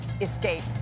escape